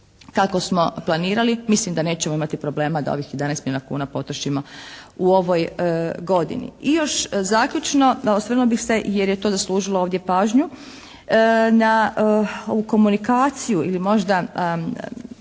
kako smo planirali. Mislim da nećemo imati problema da ovih 11 milijuna kuna potrošimo u ovoj godini. I još zaključno osvrnula bih se jer je to zaslužilo ovdje pažnju. Na, u komunikaciju ili možda